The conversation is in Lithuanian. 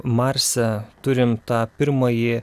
marse turim tą pirmąjį